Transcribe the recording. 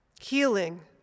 Healing